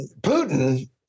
Putin